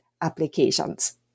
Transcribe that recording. applications